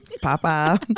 papa